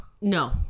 No